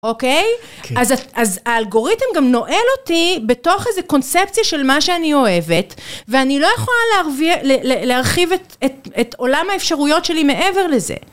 אוקיי? אז האלגוריתם גם נועל אותי בתוך איזה קונספציה של מה שאני אוהבת, ואני לא יכולה להרחיב את עולם האפשרויות שלי מעבר לזה.